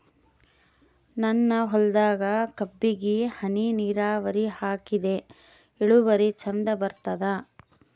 ನನ್ನ ಹೊಲದಾಗ ಕಬ್ಬಿಗಿ ಹನಿ ನಿರಾವರಿಹಾಕಿದೆ ಇಳುವರಿ ಚಂದ ಬರತ್ತಾದ?